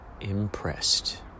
impressed